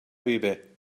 viver